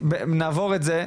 נעבור את זה.